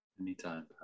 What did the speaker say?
Anytime